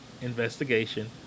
Investigation